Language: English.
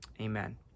Amen